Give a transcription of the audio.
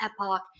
epoch